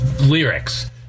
lyrics